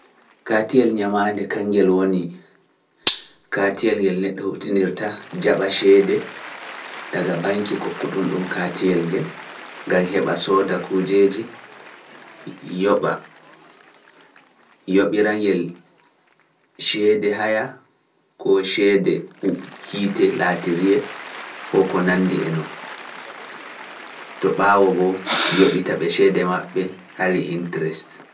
Kaatiyel ñamaande kaŋŋgel woni kaatiyel ngel neɗɗo huutinirta, jaɓa ceede daga baŋki kokkuɗon ɗum kaatiyel ngel, ngam heɓa sooda kujeeji, yoɓa, yoɓira ngel ceede haya ko ceede hiite laatiriyee, e ko nanndi e non, to ɓaawo bo yoɓita ɓe ceede maɓɓe hari interest.